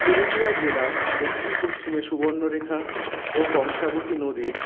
পুরুলিয়া জেলার দক্ষিণ পশ্চিমে সুবর্ণরেখা ও কংসাবতী নদীর